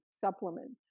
supplements